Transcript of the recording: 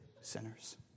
sinners